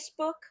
Facebook